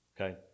Okay